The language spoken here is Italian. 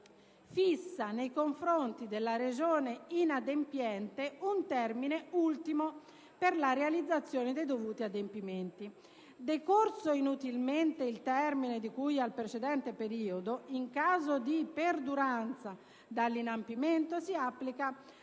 fissa nei confronti della Regione inadempiente un termine ultimo per la realizzazione dei dovuti adempimenti. Decorso inutilmente il termine di cui al precedente periodo, in caso di perduranza dell'inadempimento si applica